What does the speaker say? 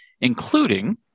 including